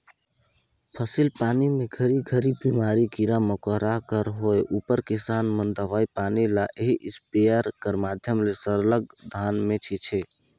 फसिल पानी मे घरी घरी बेमारी, कीरा मकोरा कर होए उपर किसान मन दवई पानी ल एही इस्पेयर कर माध्यम ले सरलग धान मे छीचे